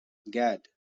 gad